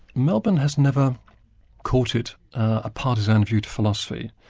melbourne has never courted a partisan view to philosophy,